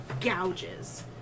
gouges